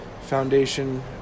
foundation